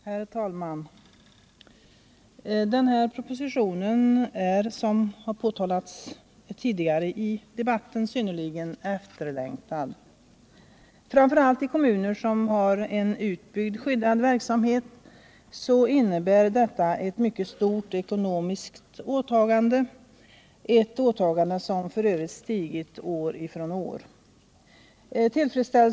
Herr talman! Den här propositionen är, som har påtalats tidigare i debatten, synnerligen efterlängtad. I framför allt kommuner med utbyggd skyddad verksamhet har det ekonomiska åtagandet, som för övrigt stigit år från år, varit mycket stort.